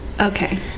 Okay